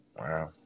Wow